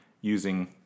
using